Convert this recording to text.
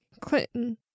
Clinton